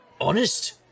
Honest